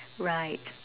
right